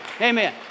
Amen